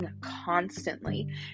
constantly